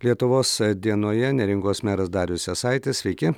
lietuvos dienoje neringos meras darius jasaitis sveiki